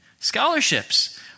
scholarships